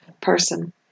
person